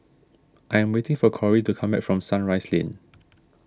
I am waiting for Korey to come back from Sunrise Lane